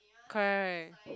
correct